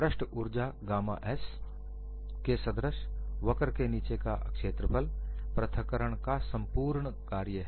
पृष्ठ ऊर्जा gamma s के सदृश वक्र के नीचे का क्षेत्रफल पृथक्करण का संपूर्ण कार्य है